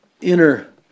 inner